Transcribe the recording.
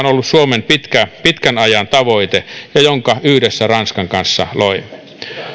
on ollut suomen pitkän pitkän ajan tavoite ja jonka yhdessä ranskan kanssa loimme